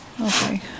Okay